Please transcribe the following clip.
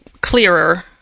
clearer